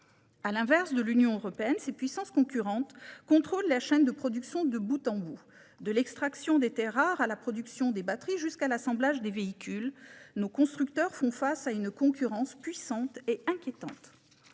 À l'inverse de l'Union européenne, ces puissances concurrentes contrôlent la chaîne de production de bout en bout. De l'extraction des terres rares à la production des batteries, puis à l'assemblage des véhicules, nos constructeurs font face à une concurrence puissante et inquiétante.